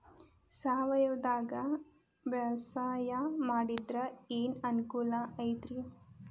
ಸಾವಯವದಾಗಾ ಬ್ಯಾಸಾಯಾ ಮಾಡಿದ್ರ ಏನ್ ಅನುಕೂಲ ಐತ್ರೇ?